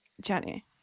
Jenny